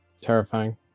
Terrifying